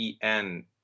en